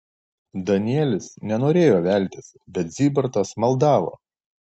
danielis nenorėjo veltis bet zybartas maldavo